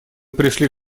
пришли